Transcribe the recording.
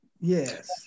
Yes